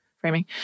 framing